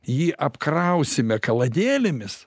jį apkrausime kaladėlėmis